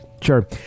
sure